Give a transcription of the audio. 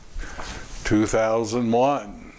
2001